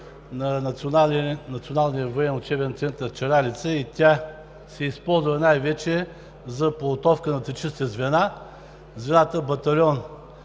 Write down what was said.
на Националния военен учебен център „Чаралица“ и тя се използва най-вече за подготовка на технически звена – звената батальон,